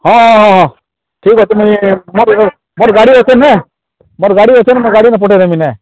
ହଁ ହଁ ହଁ ହଁ ଠିକ ଅଛି ମୁଇଁ ଗାଡ଼ି ଦରକାର ନା ମୋର ଗାଡ଼ି ଅଛି ନ ମୁଇଁ ଗାଡ଼ିନେ ପଠେଇ ଦେବି ନେ